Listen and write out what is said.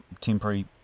temporary